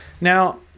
now